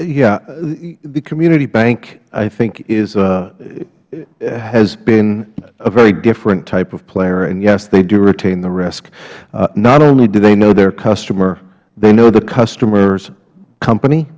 yes the community bank i think has been a very different type of player and yes they do retain the risk not only do they know their customer they know the customer's company